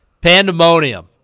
Pandemonium